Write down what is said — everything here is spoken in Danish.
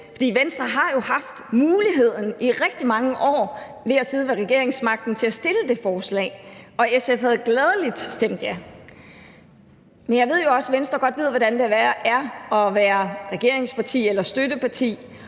For Venstre har jo haft muligheden i rigtig mange år ved at sidde på regeringsmagten til at fremsætte det forslag, og SF havde gladelig stemt ja. Men jeg ved jo også, at Venstre godt ved, hvordan det er at være regeringsparti eller støtteparti,